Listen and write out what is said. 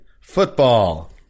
football